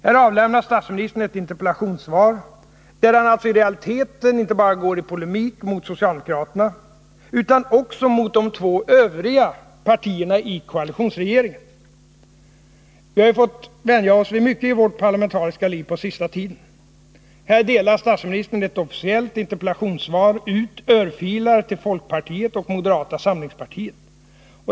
Här avlämnar statsminstern ett interpellationssvar där han alltså i realiteten går i polemik inte bara mot socialdemokraterna utan också mot de två övriga partierna i koalitionsregeringen. Vi har fått vänja oss vid mycket i vårt parlamentariska liv på senaste tiden. Här delar statsministern i ett officiellt interpellationssvar ut örfilar till folkpartiet och moderata samlingspartiet.